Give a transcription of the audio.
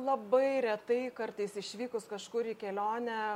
labai retai kartais išvykus kažkur į kelionę